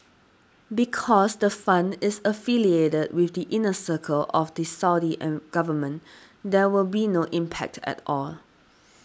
because the fund is affiliated with the inner circle of the Saudi government there will be no impact at all